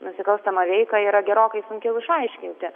nusikalstamą veiką yra gerokai sunkiau išaiškinti